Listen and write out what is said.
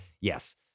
yes